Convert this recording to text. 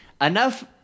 enough